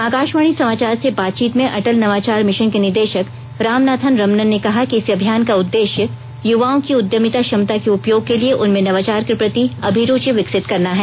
आकाशवाणी समाचार से बातचीत में अटल नवाचार भिशन के निदेशक रामनाथन रमनन ने कहा कि इस अभियान का उद्देश्य युवाओं की उद्यमिता क्षमता के उपयोग के लिए उनमें नवाचार के प्रति अभिरूचि विकसित करना है